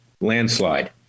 landslide